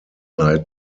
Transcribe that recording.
night